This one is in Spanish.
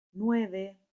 nueve